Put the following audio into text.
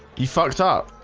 you fucked up.